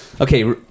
Okay